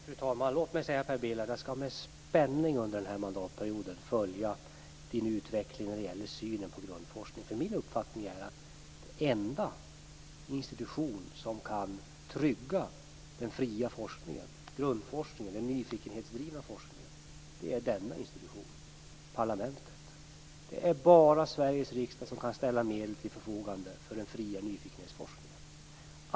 Fru talman! Låt mig säga till Per Bill att jag med spänning under denna mandatperiod skall följa hans utveckling när det gäller synen på grundforskningen. Min uppfattning är att den enda institution som kan trygga den fria forskningen, grundforskningen, den nyfikenhetsdrivna forskningen är denna institution, parlamentet. Det är bara Sveriges riksdag som kan ställa medel till förfogande för den fria nyfikenhetsforskningen.